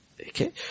Okay